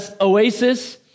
oasis